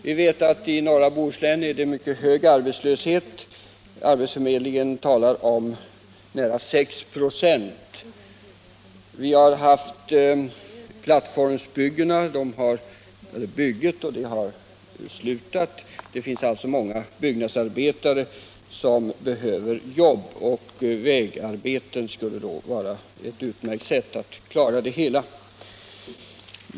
Vi vet att det är mycket hög arbetslöshet i norra Bohuslän, arbetsförmedlingen talar om en arbetslöshet på nära 6 96. Plattformsbygget har avslutats, och det finns alltså många byggnadsarbetare som behöver arbete, och vägarbete skulle då vara utmärkt för att klara situationen.